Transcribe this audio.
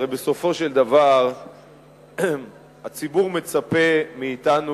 הרי בסופו של דבר הציבור מצפה מאתנו